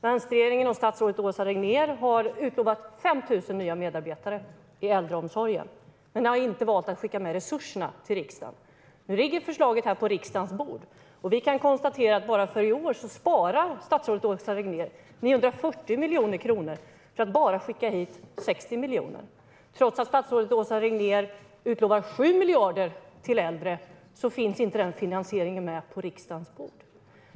Vänsterregeringen och statsrådet Åsa Regnér har utlovat 5 000 nya medarbetare i äldreomsorgen men har inte valt att skicka med resurserna till riksdagen. Nu ligger förslaget på riksdagens bord. Vi kan konstatera att bara för i år sparar statsrådet Åsa Regnér 940 miljoner kronor för att bara skicka hit 60 miljoner. Trots att statsrådet Åsa Regnér utlovar 7 miljarder till äldre finns inte den finansieringen på riksdagens bord.